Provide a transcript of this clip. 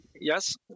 yes